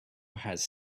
has